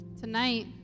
Tonight